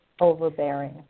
overbearing